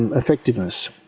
and effectiveness.